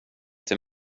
till